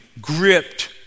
gripped